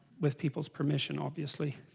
with people's permission obviously